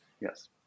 yes